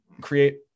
create